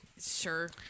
sure